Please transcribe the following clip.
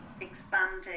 expanding